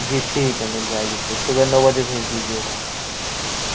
जी ठीक है मिल जाएगी तो सुबह नौ बजे भेज दीजिएगा